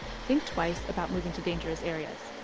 think twice about moving to dangerous areas.